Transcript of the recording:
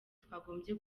twagombye